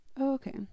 okay